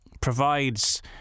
provides